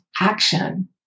action